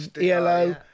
ELO